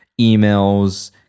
emails